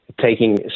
taking